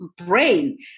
brain